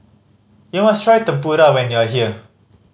you must try Tempura when you are here